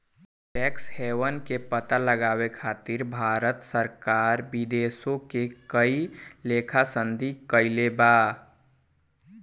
tax haven के पता लगावे खातिर भारत सरकार विदेशों में कई लेखा के संधि कईले बा